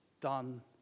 done